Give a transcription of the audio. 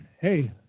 hey